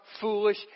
foolish